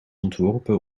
ontworpen